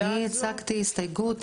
אני הצגתי הסתייגות,